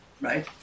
right